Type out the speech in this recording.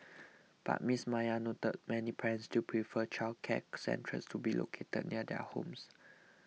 but Miss Maya noted many parents still prefer childcare centres to be located near their homes